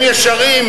הם ישרים,